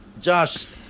Josh